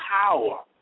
power